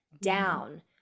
down